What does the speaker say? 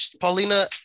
Paulina